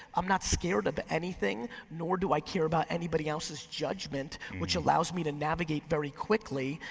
i'm not scared of anything, nor do i care about anybody else's judgment, which allows me to navigate very quickly.